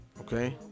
okay